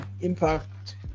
impact